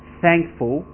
thankful